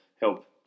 help